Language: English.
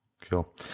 Cool